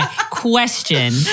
Question